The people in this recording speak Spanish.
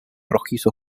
rojizo